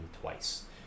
twice